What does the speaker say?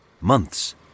months